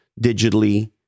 digitally